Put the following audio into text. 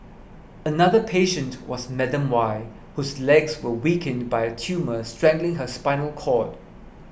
another patient was Madam Y whose legs were weakened by a tumour strangling her spinal cord